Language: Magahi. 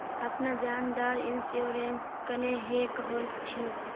अपना जान डार इंश्योरेंस क्नेहे खोल छी?